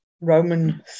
Roman